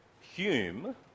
Hume